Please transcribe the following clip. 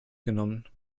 genommen